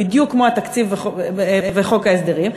הוא בדיוק כמו התקציב וחוק ההסדרים.